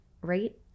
right